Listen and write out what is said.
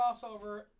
crossover